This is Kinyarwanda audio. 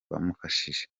bamufashije